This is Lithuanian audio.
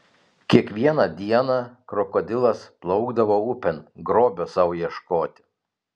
kiekvieną dieną krokodilas plaukdavo upėn grobio sau ieškoti